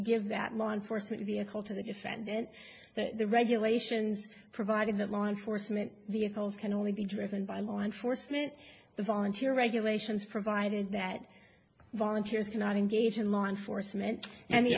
give that law enforcement vehicle to the defendant that the regulations provided that law enforcement vehicles can only be driven by law enforcement the volunteer regulations provided that volunteers cannot engage in law enforcement and the